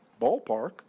ballpark